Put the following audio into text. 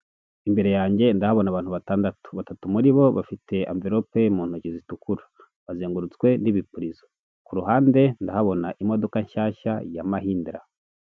Imbere yanjye ndahabona abantu batandatu, batatu muri bo bafite anvelope mu ntoki zitukura, bazengurutswe n'ibipirizo, kuruhande ndahabona imodoka nshyashya ya mahindera